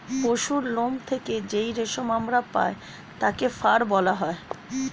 পশুর লোম থেকে যেই রেশম আমরা পাই তাকে ফার বলা হয়